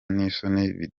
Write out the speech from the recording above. n’isoni